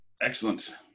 Excellent